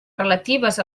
relatives